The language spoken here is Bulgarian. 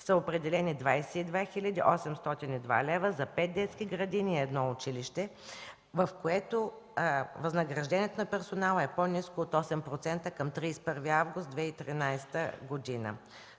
са определени 22 хил. 802 лв. за пет детски градини и едно училище, в което възнаграждението на персонала е по-ниско от 8% към 31 август 2013 г.